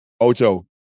Ocho